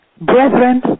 Brethren